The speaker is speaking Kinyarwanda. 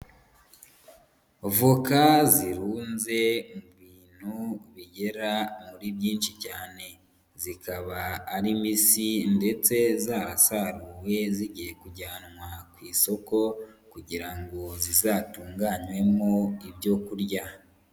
Voka zirunze mu bintu bigera muri byinshi cyane, zikaba ari mbisi ndetse zarasaruwe zigiye kujyanwa ku isoko kugira ngo zizatunganywemo ibyo kurya.